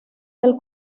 del